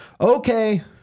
Okay